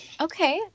Okay